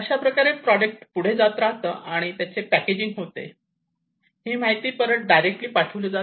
product पुढे जातो त्याचे पॅकेजिंग होते आणि ही माहिती परत डायरेक्टली पाठविले जाते